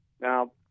now